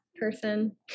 person